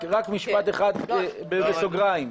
רק משפט אחד בסוגריים,